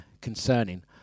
concerning